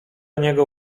niego